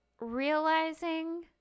realizing